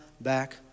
back